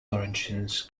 origins